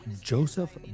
joseph